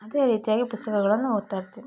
ಅದೇ ರೀತಿಯಾಗಿ ಪುಸ್ತಕಗಳನ್ನು ಓದ್ತಾಯಿರ್ತೀನಿ